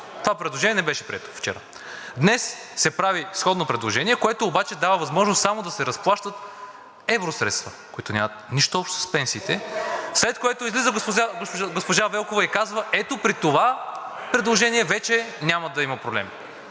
това предложение не беше прието вчера. Днес се прави сходно предложение, което обаче дава възможност само да се разплащат евросредства, които нямат нищо общо с пенсиите, след което излиза госпожа Велкова и казва: ето при това предложение вече няма да има проблеми.